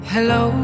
Hello